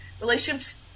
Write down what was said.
relationships